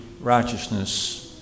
righteousness